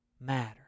matter